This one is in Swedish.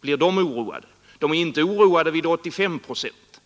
blir socialdemokraterna oroade? De är inte oroade vid 85 procent.